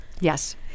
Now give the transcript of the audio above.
yes